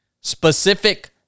specific